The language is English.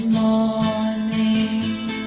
morning